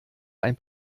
ein